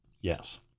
Yes